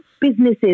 businesses